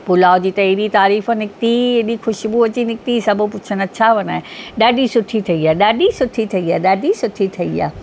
पुलाव जी त अहिड़ी तारीफ़ निकिती हेॾी ख़ुश्बू अची निकिती सभु पुछनि अच्छा बना है ॾाढी सुठी ठही आहे ॾाढी सुठी ठही आहे ॾाढी सुठी ठही आहे